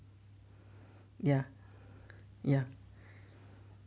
ya ya